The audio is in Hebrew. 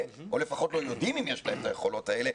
או לפחות לא יודעים אם יש להם את היכולות האלה,